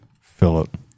Philip